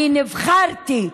אני נבחרתי.